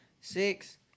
Six